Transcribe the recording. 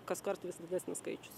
kaskart vis didesnis skaičius